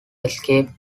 escape